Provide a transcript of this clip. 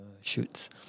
shoots